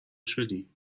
شدی